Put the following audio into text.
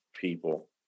people